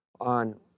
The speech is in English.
On